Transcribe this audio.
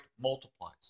multiplies